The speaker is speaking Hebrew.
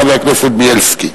חבר הכנסת בילסקי,